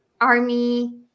army